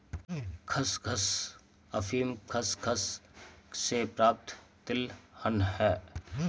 खसखस अफीम खसखस से प्राप्त तिलहन है